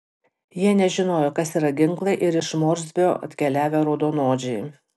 jie nežinojo kas yra ginklai ir iš morsbio atkeliavę raudonodžiai